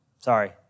sorry